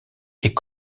est